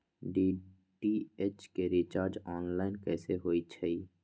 DTH के recharge online कैसे होईछई?